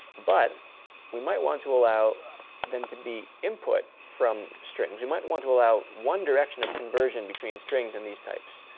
but we might want to allow them to be input from strings. you might want to allow one direction of conversion between strings and these types.